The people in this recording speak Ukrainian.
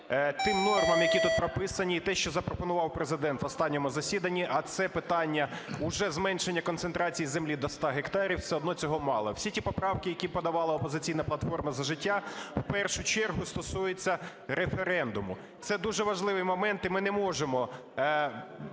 тим нормам, які тут прописані. І те, що запропонував Президент на останньому засіданні, а це питання уже зменшення концентрації землі до 100 гектарів, все одно цього мало. Всі ті поправки, які подавала "Опозиційна платформа - За життя", в першу чергу стосуються референдуму. Це дуже важливі моменти, ми не можемо